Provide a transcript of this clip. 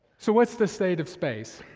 so, what's the state of space?